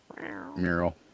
mural